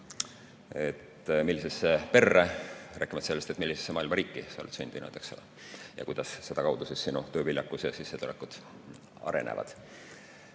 millisesse perre, rääkimata sellest, millisesse maailma riiki sa oled sündinud, eks ole, ja kuidas sedakaudu siis sinu tööviljakus ja sissetulekud arenevad.